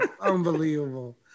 Unbelievable